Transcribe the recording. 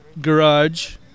garage